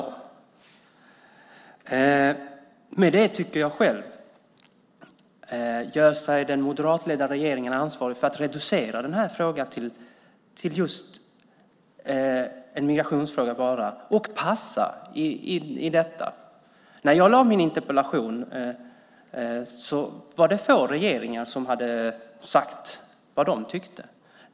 Därmed gör den moderatledda regeringen sig ansvarig till att reducera frågan till enbart en migrationsfråga och passar i ärendet. När jag skrev min interpellation hade få regeringar sagt vad de tyckte.